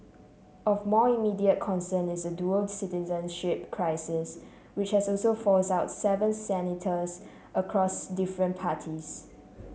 of more immediate concern is the dual citizenship crisis which has also force out seven senators across different parties